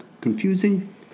confusing